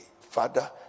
Father